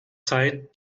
zeit